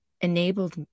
enabled